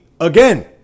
again